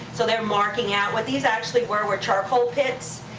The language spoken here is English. so they're marking out. what these actually were were charcoal pits,